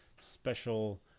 special